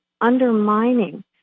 undermining